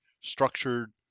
structured